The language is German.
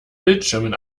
bildschirmen